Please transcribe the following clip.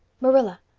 marilla,